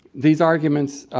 these arguments